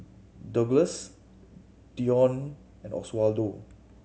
Douglass Dionne and Oswaldo